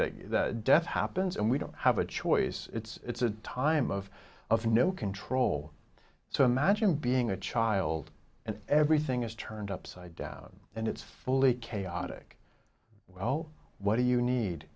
right that death happens and we don't have a choice it's a time of of no control so imagine being a child and everything is turned upside down and it's fully chaotic well what do you need